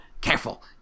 careful